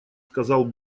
сказал